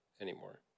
anymore